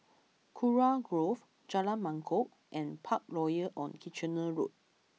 Kurau Grove Jalan Mangkok and Parkroyal on Kitchener Road